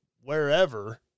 wherever